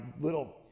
little